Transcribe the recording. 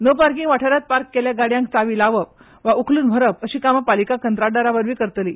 no parking वाठारात park केल्ल्या गाडयाक चावी घालप वा उखलून व्हरप अशी कामां पालीका कंत्राटदारावरवी करतली